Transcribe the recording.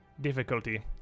difficulty